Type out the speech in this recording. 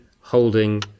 holding